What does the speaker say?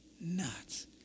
Nuts